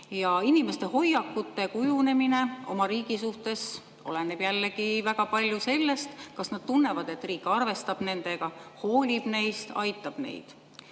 Inimeste hoiakute kujunemine oma riigi suhtes oleneb jällegi väga palju sellest, kas nad tunnevad, et riik arvestab nendega, hoolib neist, aitab neid.